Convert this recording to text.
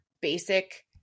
basic